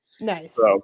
Nice